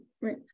Right